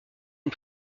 une